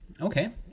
Okay